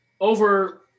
over